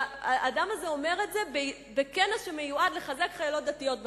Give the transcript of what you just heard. והאדם הזה אומר את זה בכנס שמיועד לחזק חיילות דתיות בצבא.